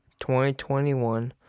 2021